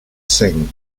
singh